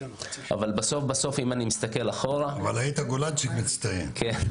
אם אני מסתכל אחורה --- אבל היית גולנצ'יק מצטיין.